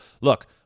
look